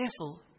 careful